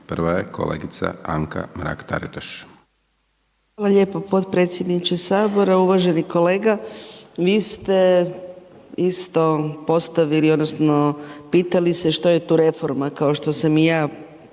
**Mrak-Taritaš, Anka (GLAS)** Hvala lijepo potpredsjedniče Sabora, uvaženi kolega. Vi ste isto postavili, odnosno pitali se što je tu reforma, kao što sam i ja pitala